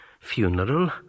Funeral